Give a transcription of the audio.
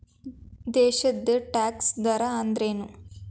ದೇಶದ್ ಟ್ಯಾಕ್ಸ್ ದರ ಅಂದ್ರೇನು?